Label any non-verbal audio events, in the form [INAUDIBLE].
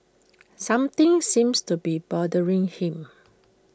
[NOISE] something seems to be bothering him